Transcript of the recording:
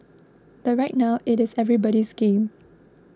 but right now it is everybody's game